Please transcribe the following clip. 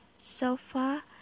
sofa